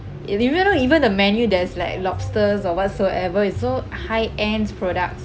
in the menu even the menu there's like lobsters or whatsoever is so high ends products